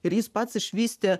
ir jis pats išvystė